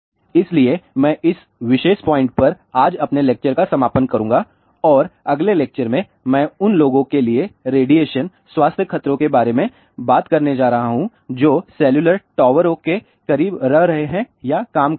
इसलिए मैं इस विशेष पॉइंट पर आज अपने लेक्चर का समापन करूंगा और अगले लेक्चर में मैं उन लोगों के लिए रेडिएशन स्वास्थ्य खतरों के बारे में बात करने जा रहा हूं जो सेलुलर टावरों के करीब रह रहे हैं या काम कर रहे हैं